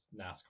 nascar